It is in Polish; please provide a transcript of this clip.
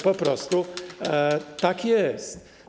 Po prostu tak jest.